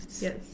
Yes